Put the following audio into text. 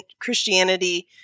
Christianity